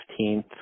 15th